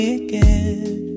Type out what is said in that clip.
again